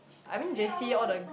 I mean they see all the